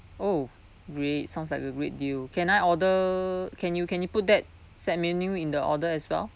oh great sounds like a great deal can I order can you can you put that set menu in the order as well